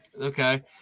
Okay